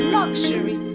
luxury